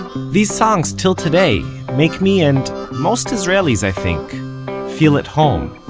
these songs, till today, make me and most israelis i think feel at home